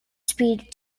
speed